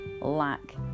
lack